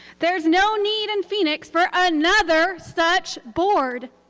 there's no need in phoenix for another such board.